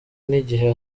n’igihe